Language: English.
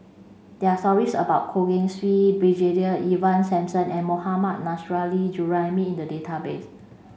there stories about Goh Keng Swee Brigadier Ivan Simson and Mohammad Nurrasyid Juraimi in the database